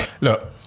look